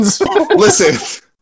Listen